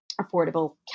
Affordable